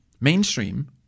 mainstream